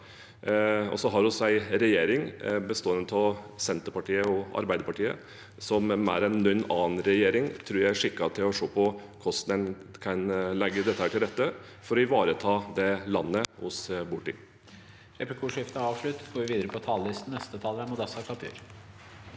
Vi har en regjering bestående av Senterpartiet og Arbeiderpartiet som mer enn noen annen regjering, tror jeg, er skikket til å se på hvordan en kan legge dette til rette for å ivareta det landet vi bor i.